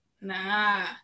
nah